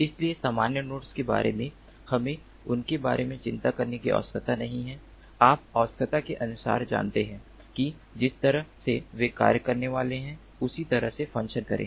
इसलिए सामान्य नोड्स के बारे में हमें उनके बारे में चिंता करने की आवश्यकता नहीं है आप आवश्यकता के अनुसार जानते हैं कि जिस तरह से वे कार्य करने वाले हैं उसी तरह से फ़ंक्शन करें